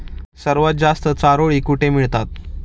सर्वात जास्त चारोळी कुठे मिळतात?